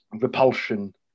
Repulsion